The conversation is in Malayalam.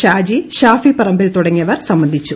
ഷാജി ഷാഫി പറമ്പിൽ തുടങ്ങിയവർ സംബന്ധിച്ചു